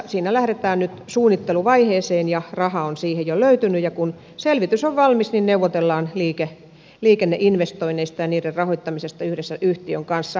siinä lähdetään nyt suunnitteluvaiheeseen ja raha on siihen jo löytynyt ja kun selvitys on valmis niin neuvotellaan liikenneinvestoinneista ja niiden rahoittamisesta yhdessä yhtiön kanssa